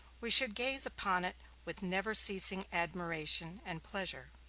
we should gaze upon it with never-ceasing admiration and pleasure.